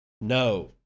No